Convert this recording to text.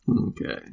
Okay